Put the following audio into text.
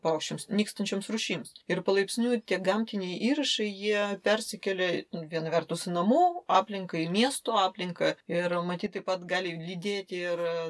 paukščiams nykstančioms rūšims ir palaipsniui tie gamtiniai įrašai jie persikėlė viena vertus į namų aplinką į miesto aplinką ir matyt taip pat gali lydėti ir